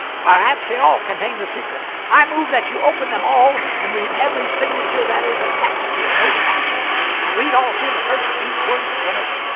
perhaps they all contain the secret. i move that you open them all and read every signature that is attached to a note of that sort and read also the first eight words of the note.